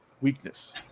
weakness